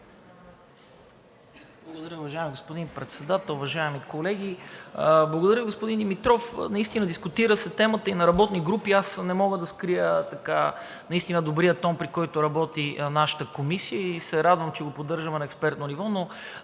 Председател. Уважаеми господин Председател, уважаеми колеги! Благодаря, господин Димитров. Наистина се дискутира темата и на работни групи и не мога да скрия наистина добрия тон, при който работи нашата комисия, и се радвам, че го поддържаме на експертно ниво. Но